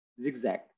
zigzag